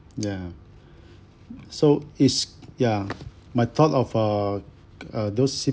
ya so is ya my thought of uh uh those